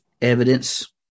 evidence